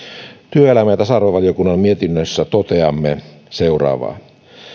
työelämä ja tasa arvovaliokunnan mietinnössä toteamme seuraavaa ensiksi